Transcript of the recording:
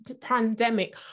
pandemic